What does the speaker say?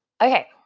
okay